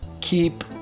keep